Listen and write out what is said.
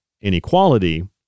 inequality